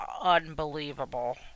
unbelievable